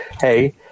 hey